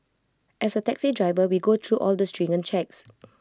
as A taxi driver we go through all the stringent checks